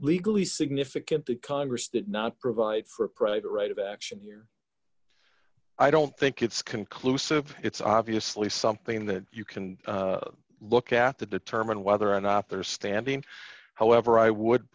legally significant the congress did not provide for a private right of action here i don't think it's conclusive it's obviously something that you can look at the determine whether or not they're standing however i would